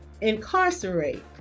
incarcerate